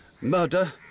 Murder